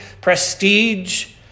prestige